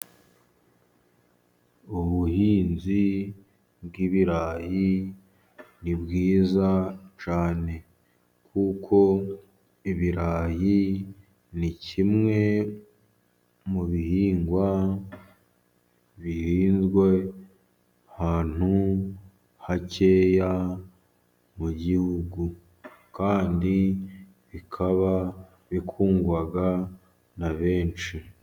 Ubuhinzi bw'ibirayi ni bwiza cyane kuko ibirayi ni kimwe mu bihingwa bihinzwe ahantu hakeya mu gihugu, kandi bikaba bikundwa na benshi.